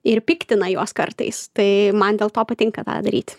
ir piktina juos kartais tai man dėl to patinka tą daryti